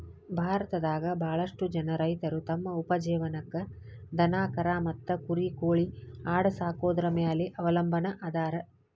ಭಾರತದಾಗ ಬಾಳಷ್ಟು ಜನ ರೈತರು ತಮ್ಮ ಉಪಜೇವನಕ್ಕ ದನಕರಾ ಮತ್ತ ಕುರಿ ಕೋಳಿ ಆಡ ಸಾಕೊದ್ರ ಮ್ಯಾಲೆ ಅವಲಂಬನಾ ಅದಾರ